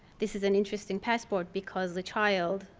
this is an interesting passport because the child,